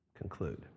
conclude